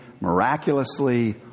miraculously